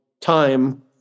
time